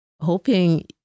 hoping